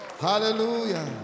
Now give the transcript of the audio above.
Hallelujah